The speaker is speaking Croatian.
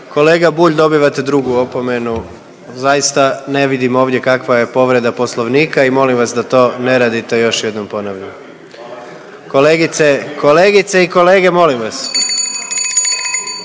Kolega Bulj dobivate drugu opomenu. Zaista ne vidim ovdje kakva je povreda Poslovnika i molim vas da to ne radite još jednom ponavljam. Kolegice i kolege molim vas!